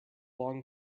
long